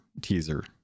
teaser